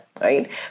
right